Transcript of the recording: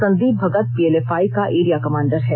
Sandeep Bhagat PLFI का area commander है